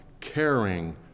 caring